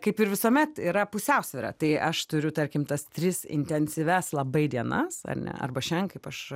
kaip ir visuomet yra pusiausvyra tai aš turiu tarkim tas tris intensyvias labai dienas ane arba šiandien kaip aš